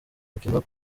mukino